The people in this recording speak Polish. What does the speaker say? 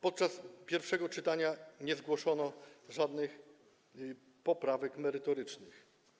Podczas pierwszego czytania nie zgłoszono żadnych poprawek merytorycznych.